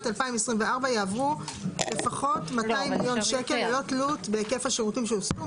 2024 יעברו לפחות 200 מיליון שקל ללא תלות בהיקף השירותים שיוסטו,